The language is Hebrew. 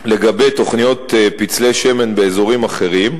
לגבי תוכניות פצלי שמן באזורים אחרים,